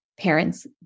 parents